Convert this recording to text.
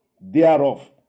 thereof